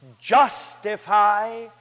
justify